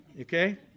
Okay